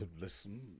listen